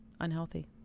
Unhealthy